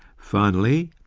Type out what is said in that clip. finally,